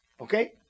okay